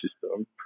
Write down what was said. system